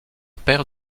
père